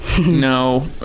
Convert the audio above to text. No